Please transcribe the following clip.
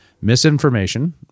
Misinformation